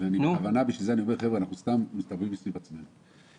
חבר'ה, אנחנו סתם מסתובבים סביב עצמנו.